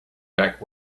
back